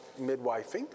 midwifing